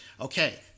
Okay